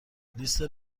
لیست